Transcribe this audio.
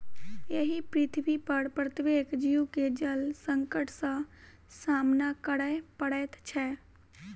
एहि पृथ्वीपर प्रत्येक जीव के जल संकट सॅ सामना करय पड़ैत छै